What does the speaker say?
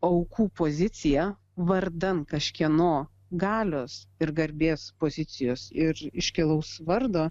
aukų poziciją vardan kažkieno galios ir garbės pozicijos ir iškilaus vardo